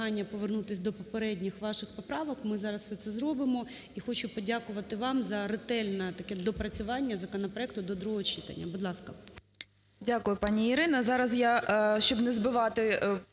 Дякую, пан Ірина.